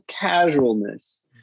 casualness